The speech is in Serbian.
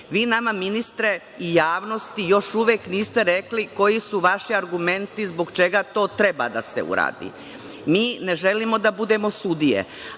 nama ministre i javnosti još uvek niste rekli koji su vaši argumenti zbog čega to treba da se uradi. Mi ne želimo da budemo sudije,